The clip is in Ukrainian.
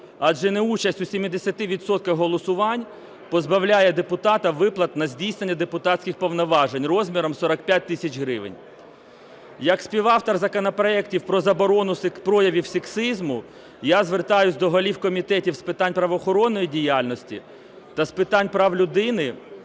Адже неучасть у 70 відсотках голосувань позбавляє депутата виплат на здійснення депутатських повноважень розміром 45 тисяч гривень. Як співавтор законопроектів про заборону проявів сексизму я звертаюсь до голів Комітетів з питань правоохоронної діяльності та з питань прав людини